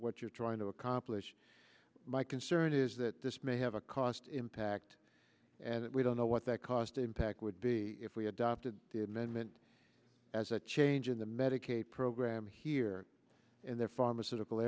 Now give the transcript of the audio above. what you're trying to accomplish my concern is that this may have a cost impact and we don't know what that cost impact would be if we adopted the amendment as a change in the medicaid program here in the pharmaceutical